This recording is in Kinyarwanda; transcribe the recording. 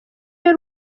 y’u